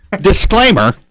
disclaimer